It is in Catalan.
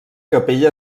capella